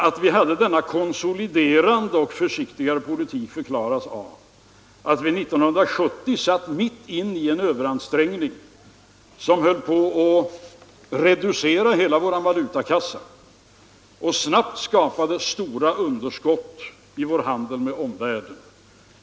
Att vi förde denna konsoliderande och försiktiga politik förklaras av att vi 1970 befann oss mitt uppe i en överansträngning som höll på att reducera hela vår valutakassa och som snabbt skapade ett stort underskott i vår handel med omvärlden.